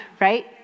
right